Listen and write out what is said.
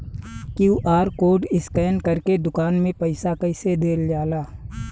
QR code scan करके दुकान में पईसा कइसे देल जाला?